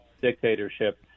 dictatorship